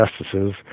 justices